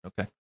okay